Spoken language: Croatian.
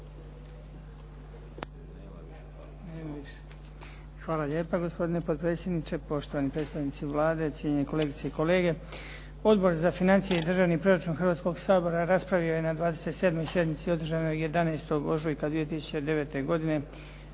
Hvala lijepa. Gospodine potpredsjedniče, poštovani predstavnici Vlade, cijenjene kolegice i kolege. Odbor za financije i državni proračun Hrvatskoga sabora raspravio je na 27. sjednici održanoj 11. ožujka 2009. godine